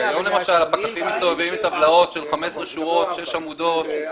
היום למשל הפקחים מסתובבים עם טבלאות של 15 שורות ושש עמודות.